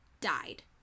died